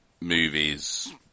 movies